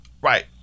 Right